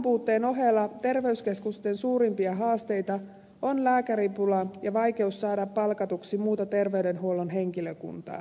rahanpuutteen ohella terveyskeskusten suurimpia haasteita on lääkäripula ja vaikeus saada palkatuksi muuta terveydenhuollon henkilökuntaa